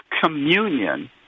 communion